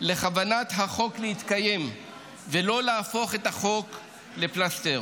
לכוונת החוק להתקיים ולא להפוך את החוק לפלסטר.